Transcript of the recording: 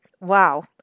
Wow